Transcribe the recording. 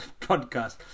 podcast